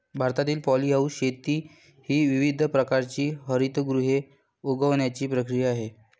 भारतातील पॉलीहाऊस शेती ही विविध प्रकारची हरितगृहे उगवण्याची प्रक्रिया आहे